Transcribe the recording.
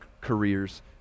careers